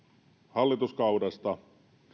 hallituskaudesta